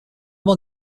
more